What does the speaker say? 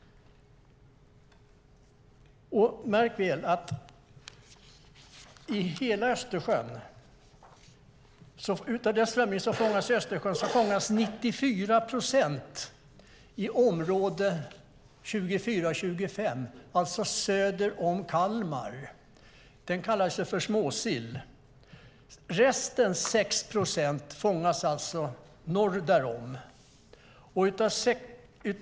Av den strömming som fångas i Östersjön fångas 94 procent i område 24 och 25, alltså söder om Kalmar. Den kallas för småsill. Resterande 6 procent fångas alltså norr därom.